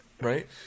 right